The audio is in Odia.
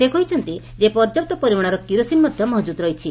ସେ କହିଛନ୍ତି ଯେ ପର୍ଯ୍ୟାପ୍ତ ପରିମାଣର କିରୋଶିନ ମଧ୍ଧ ମହକୁଦ ରହିଛି